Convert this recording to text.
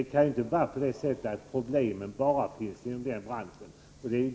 Det kan ju inte vara så att dessa problem bara finns inom denna bransch.